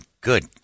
good